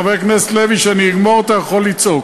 חבר הכנסת לוי, כשאני אגמור, אתה יכול לצעוק.